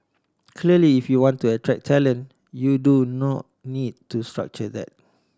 clearly if you want to attract talent you do no need to structure that